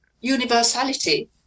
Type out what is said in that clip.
universality